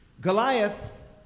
Goliath